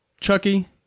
Chucky